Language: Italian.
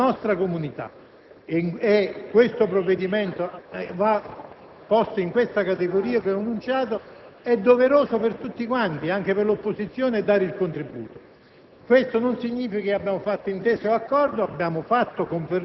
che riguardano l'interesse generale del nostro Paese, della nostra comunità - e questo provvedimento va posto nella categoria che ho enunciato - è doveroso per tutti quanti, anche per l'opposizione, dare il contributo.